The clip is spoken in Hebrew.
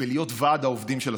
בלהיות ועד העובדים של הסטודנטים: